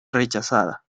rechazada